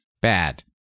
bad